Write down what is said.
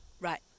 right